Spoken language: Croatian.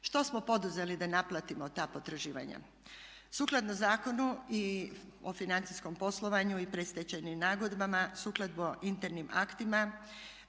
Što smo poduzeli da naplatimo ta potraživanja? Sukladno Zakonu o financijskom poslovanju i predstečajnim nagodbama, sukladno internim aktima